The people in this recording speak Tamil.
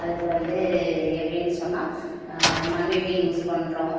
அதுக்கு வந்து எப்படின்னு சொன்னா மண்வெட்டி யூஸ் பண்ணுறோம்